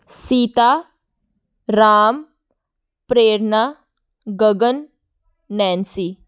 Sita Ram Prerna Gagan Nancy